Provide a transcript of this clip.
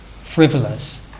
frivolous